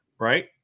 right